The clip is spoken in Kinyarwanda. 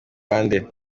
bande